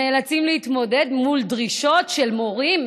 נאלצים להתמודד מול דרישות של מורים,